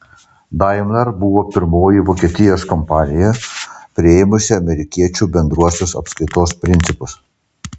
daimler buvo pirmoji vokietijos kompanija priėmusi amerikiečių bendruosius apskaitos principus